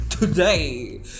today